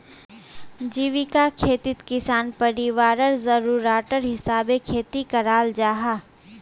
जीविका खेतित किसान परिवारर ज़रूराटर हिसाबे खेती कराल जाहा